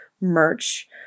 merch